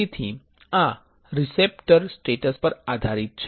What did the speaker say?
તેથી આ receptor status પર આધારિત છે